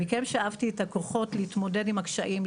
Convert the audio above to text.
מכם שאבתי את הכוחות להתמודד עם הקשיים,